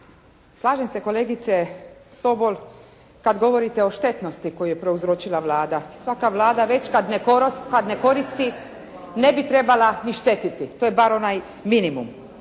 Slažem se kolegice Sobl kada govorite o štetnosti koju je prouzročila Vlada, svaka Vlada već kada ne koristi ne bi trebala ni štetiti, to je bar onaj minimum.